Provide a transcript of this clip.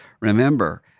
remember